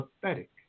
pathetic